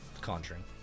conjuring